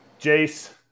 Jace